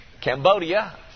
Cambodia